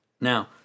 Now